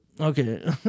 Okay